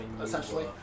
essentially